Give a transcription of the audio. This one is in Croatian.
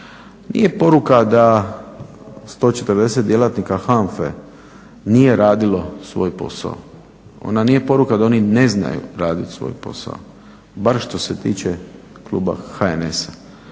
nije poruka da 140 djelatnika HANFA-e nije radilo svoj posao. Ona nije poruka da oni ne znaju raditi svoj posao bar što se tiče kluba HNS-a.